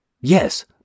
Yes